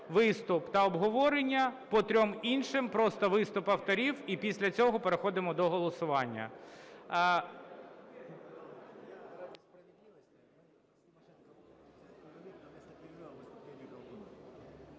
виступ та обговорення, по трьом іншим – просто виступ авторів, і після цього переходимо до голосування.